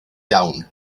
iawn